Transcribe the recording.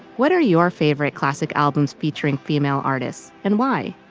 what are your favorite classic albums featuring female artists and why?